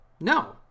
No